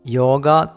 yoga